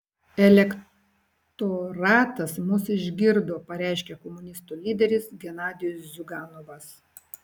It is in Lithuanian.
elektoratas mus išgirdo pareiškė komunistų lyderis genadijus ziuganovas